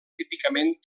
típicament